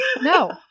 No